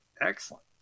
excellent